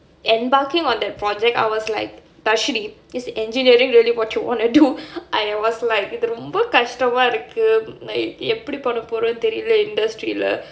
embarking on that project I was like dharshini is engineering really what you wanna do I was like இப்போ ரொம்ப கஷ்டமா இருக்கு:ippo romba kashtamaa irukku like எப்படி பண்ண போறோன்னு தெரில:eppadi panna poronnu therila industry